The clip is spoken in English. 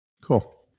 Cool